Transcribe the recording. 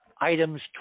items